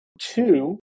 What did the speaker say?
Two